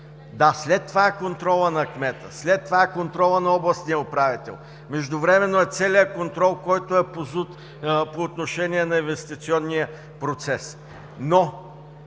Да, след това е контролът на кмета, след това е контролът на областния управител. Междувременно е целият контрол, който е по ЗУТ по отношение на инвестиционния процес.